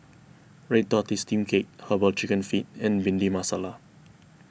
Red Tortoise Steamed Cake Herbal Chicken Feet and Bhindi Masala